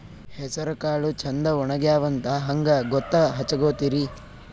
ಹೆಸರಕಾಳು ಛಂದ ಒಣಗ್ಯಾವಂತ ಹಂಗ ಗೂತ್ತ ಹಚಗೊತಿರಿ?